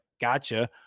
gotcha